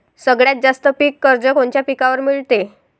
सगळ्यात जास्त पीक कर्ज कोनच्या पिकावर मिळते?